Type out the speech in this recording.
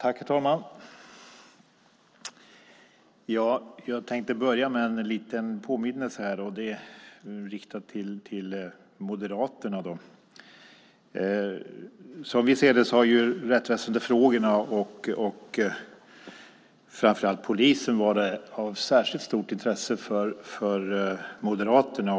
Herr talman! Jag tänkte börja med en liten påminnelse. Den är riktad till Moderaterna. Som vi ser det har frågorna om rättsväsendet och framför allt om polisen varit av särskilt stort intresse för Moderaterna.